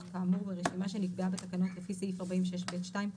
כאמור ברשימה שנקבעה בתקנות לפי סעיף 46(ב)(2),